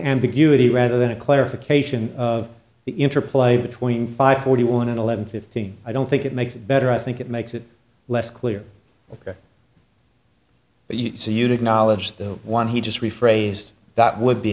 ambiguity rather than a clarification of the interplay between five forty one and eleven fifteen i don't think it makes it better i think it makes it less clear ok but you say you'd acknowledge the one he just rephrased that would be